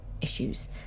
issues